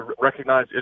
recognize